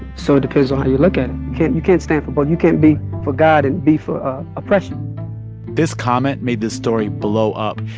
so it depends on how you look at it. you can't stand for but you can't be for god and be for oppression this comment made this story blow up.